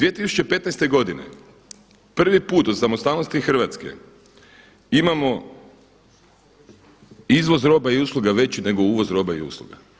2015. godine prvi put od samostalnosti Hrvatske imamo izvoz roba i usluga veći nego uvoz roba i usluga.